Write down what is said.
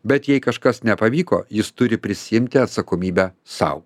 bet jei kažkas nepavyko jis turi prisiimti atsakomybę sau